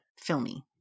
filmy